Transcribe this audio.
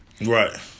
Right